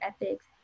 ethics